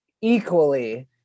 equally